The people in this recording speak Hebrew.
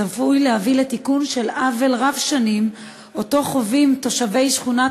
צפוי להביא לתיקון של עוול רב-שנים שתושבי שכונת